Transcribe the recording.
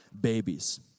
babies